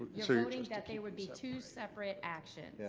so you're voting that they would be two separate actions.